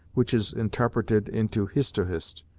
which is intarpreted into hist-oh-hist,